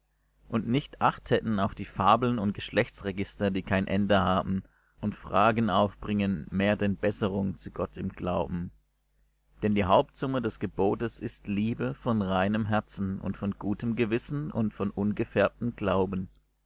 und nicht acht hätten auf die fabeln und geschlechtsregister die kein ende haben und fragen aufbringen mehr denn besserung zu gott im glauben denn die hauptsumme des gebotes ist liebe von reinem herzen und von gutem gewissen und von ungefärbtem glauben